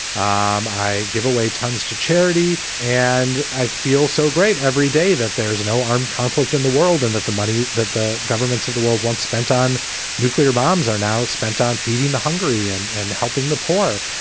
um i give away tons to charity and i feel so great every day that there's no armed conflict in the world and that the money that the governments of the world once spent on nuclear bombs are now spent on feeding the hungry and and helping the poor.